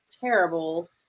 terrible